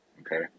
okay